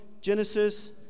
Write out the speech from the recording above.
Genesis